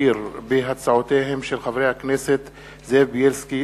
הצעותיהם של חברי הכנסת זאב בילסקי,